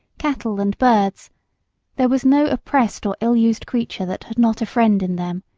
cattle and birds there was no oppressed or ill-used creature that had not a friend in them,